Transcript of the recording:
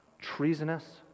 treasonous